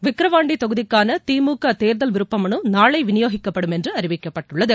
விக்ரவாண்டி தொகுதிக்கான திமுக தேர்தல் விருப்பமனு நாளை விநியோகிக்கப்படும் என்று அறிவிக்கப்பட்டுள்ளது